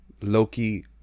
Loki